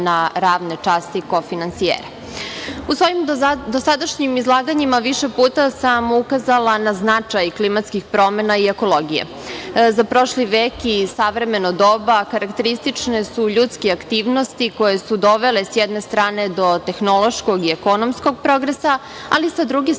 na ravne časti kofinansijera. U svojim dosadašnjim izlaganjima više puta sam ukazala na značaj klimatskih promena i ekologije.Za prošli vek i savremeno doba karakteristične su ljudske aktivnosti koje su dovele s jedne strane do tehnološkog i ekonomskog progresa, ali sa druge strane